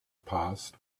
past